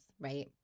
right